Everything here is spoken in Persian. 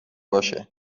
باشه